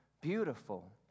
beautiful